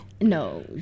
No